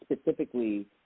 specifically